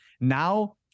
Now